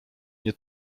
nie